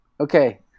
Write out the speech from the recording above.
Okay